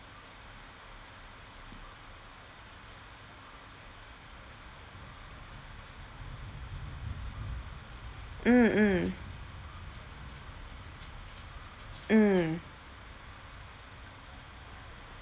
mm mm mm